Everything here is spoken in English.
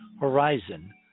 horizon